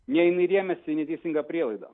ne jinai rėmėsi neteisinga prielaida